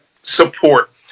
support